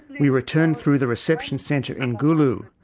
we return through the reception centre in gulu.